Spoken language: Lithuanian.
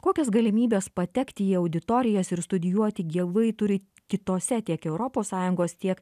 kokias galimybes patekti į auditorijas ir studijuoti gyvai turi kitose tiek europos sąjungos tiek